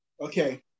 Okay